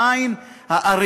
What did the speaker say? רק בעין הרגילה,